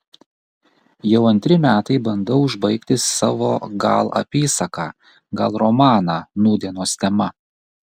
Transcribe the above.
jau antri metai bandau užbaigti savo gal apysaką gal romaną nūdienos tema